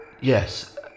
yes